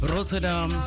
Rotterdam